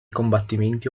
combattimenti